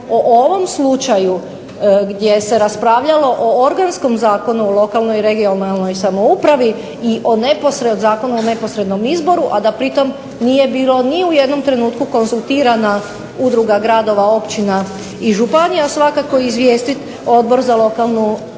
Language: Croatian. o ovom slučaju gdje se raspravljalo o organskom zakonu o lokalnoj i regionalnoj samoupravi i o Zakonu o neposrednom izboru a da u tome trenutku nije bilo ni u jednom trenutku konzultirana udruga, gradova i općina i županija svakako izvijestiti Odbor za lokalnu